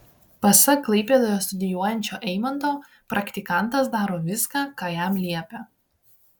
pasak klaipėdoje studijuojančio eimanto praktikantas daro viską ką jam liepia